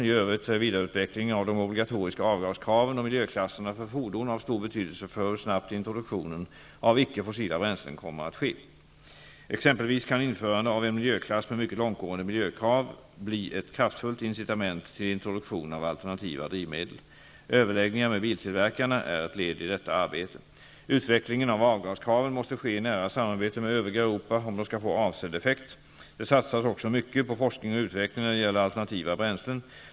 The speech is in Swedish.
I övrigt är vidareutvecklingen av de obligatoriska avgaskraven och miljöklasserna för fordon av stor betydelse för hur snabbt introduktionen av icke fossila bränslen kommer att ske. Exempelvis kan införande av en miljöklass med mycket långtgående miljökrav bli ett kraftfullt incitament till introduktion av alternativa drivmedel. Överläggningar med biltillverkarna är ett led i detta arbete. Utvecklingen av avgaskraven måste ske i nära samarbete med övriga Europa, om de skall få avsedd effekt. Det satsas också mycket på forskning och utveckling när det gäller alternativa bränslen.